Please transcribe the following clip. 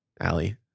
Allie